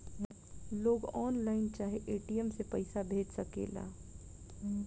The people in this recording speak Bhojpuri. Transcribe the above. लोग ऑनलाइन चाहे ए.टी.एम से पईसा भेज सकेला